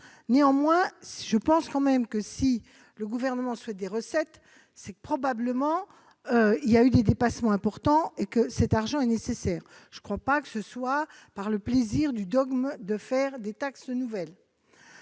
Je pense néanmoins que si le Gouvernement souhaite des recettes, c'est probablement qu'il y a eu des dépassements importants et que cet argent est nécessaire. Je ne pense pas que ce soit par plaisir de créer des taxes nouvelles